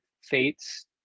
fates